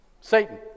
Satan